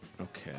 Okay